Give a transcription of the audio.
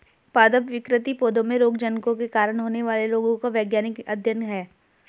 पादप विकृति पौधों में रोगजनकों के कारण होने वाले रोगों का वैज्ञानिक अध्ययन है